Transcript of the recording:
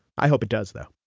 i hope it does, though